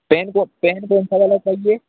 pen को pen कौनसा वाला चाहिए